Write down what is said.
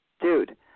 dude